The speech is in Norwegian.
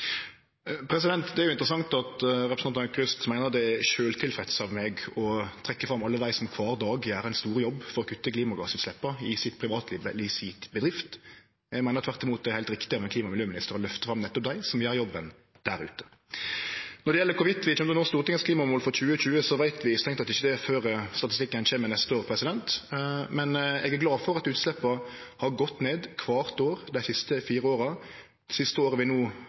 Det er interessant at representanten Aukrust meiner det er sjølvtilfreds av meg å trekkje fram alle dei som kvar dag gjer ein stor jobb for å kutte klimagassutsleppa i sitt privatliv eller i si bedrift. Eg meiner tvert imot at det er heilt riktig av ein klima- og miljøminister å løfte fram nettopp dei som gjer jobben der ute. Når det gjeld om vi kjem til å nå Stortingets klimamål for 2020, veit vi strengt teke ikkje det før statistikken kjem neste år, men eg er glad for at utsleppa har gått ned kvart år dei siste fire åra. Det siste året vi no